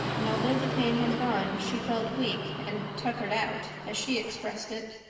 and although the pain had gone she felt weak and tuckered out, as she expressed it.